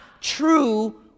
true